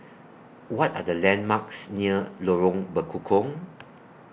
What Are The landmarks near Lorong Bekukong